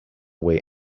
way